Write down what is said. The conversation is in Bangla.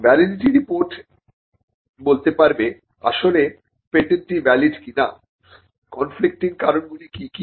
ভ্যালিডিটি রিপোর্ট ই বলতে পারবে আসলে পেটেন্টি ভ্যালিড কিনা কনফ্লিক্টিং কারণগুলি কি কি